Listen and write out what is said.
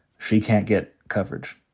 she can't get coverage.